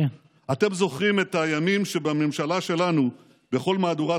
אתם זוכרים את הימים שבממשלה שלנו כל מהדורת